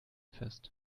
fest